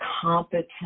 competent